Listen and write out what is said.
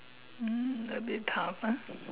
um a bit tough ah